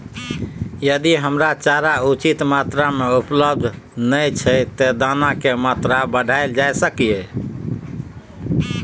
यदि हरा चारा उचित मात्रा में उपलब्ध नय छै ते दाना की मात्रा बढायल जा सकलिए?